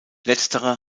letztere